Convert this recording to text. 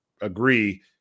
agree